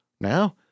Now